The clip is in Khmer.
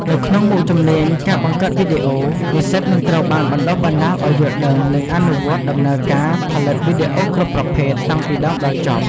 នៅក្នុងមុខជំនាញ ការបង្កើតវីដេអូ និស្សិតនឹងត្រូវបានបណ្ដុះបណ្ដាលឲ្យយល់ដឹង និងអនុវត្ត ដំណើរការផលិតវីដេអូគ្រប់ប្រភេទ តាំងពីដើមដល់ចប់។